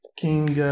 king